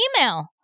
email